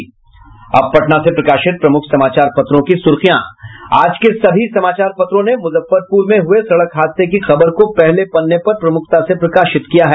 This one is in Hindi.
अब पटना से प्रकाशित प्रमुख समाचार पत्रों की सुर्खियां आज के सभी समाचार पत्रों ने मुजफ्फरपुर में हुये सड़क हादसे की खबर को पहले पन्ने पर प्रमुखता से प्रकाशित किया है